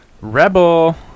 rebel